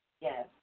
Yes